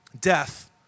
Death